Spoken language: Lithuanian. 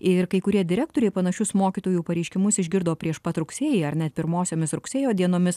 ir kai kurie direktoriai panašius mokytojų pareiškimus išgirdo prieš pat rugsėjį ar net pirmosiomis rugsėjo dienomis